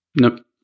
Nope